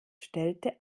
stellte